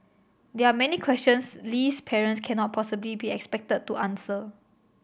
there are many questions Lee's parents cannot possibly be expected to answer